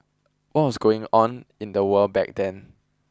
what was going on in the world back then